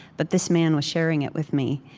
but this man was sharing it with me.